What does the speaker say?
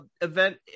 event